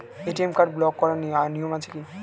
ATM card block করার নিয়ম কি আছে?